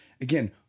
Again